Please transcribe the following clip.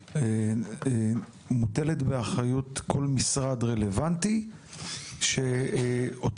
מוטלת באחריות כל משרד רלוונטי שאותם